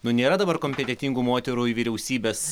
nu nėra dabar kompetentingų moterų į vyriausybės